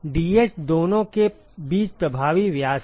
Dh दोनों के बीच प्रभावी व्यास है